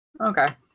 Okay